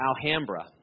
Alhambra